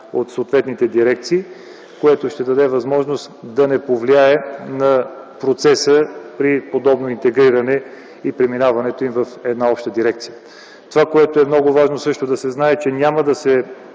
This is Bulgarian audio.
от съответните дирекции да запази своята идентичност, което да не повлияе на процеса при подобно интегриране и преминаването им в една обща дирекция. Това, което също е много важно да се знае, е, че няма да се